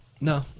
No